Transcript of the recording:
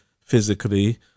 physically